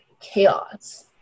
Chaos